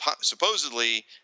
supposedly